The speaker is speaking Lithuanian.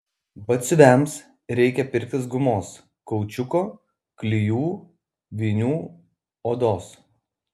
batsiuviams reikia pirktis gumos kaučiuko klijų vinių odos